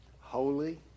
holy